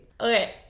Okay